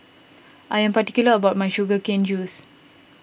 I am particular about my Sugar Cane Juice